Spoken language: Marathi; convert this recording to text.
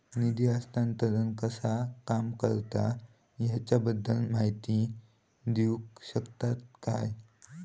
निधी हस्तांतरण कसा काम करता ह्याच्या बद्दल माहिती दिउक शकतात काय?